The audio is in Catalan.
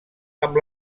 amb